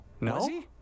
No